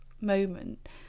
moment